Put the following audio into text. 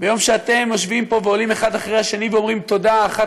ביום שאתם יושבים פה ועולים אחד אחרי השני ואומרים תודה אחת